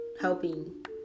helping